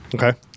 Okay